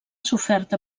sofert